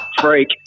freak